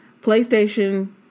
PlayStation